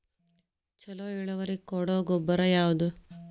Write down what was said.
ಛಲೋ ಇಳುವರಿ ಕೊಡೊ ಗೊಬ್ಬರ ಯಾವ್ದ್?